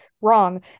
Wrong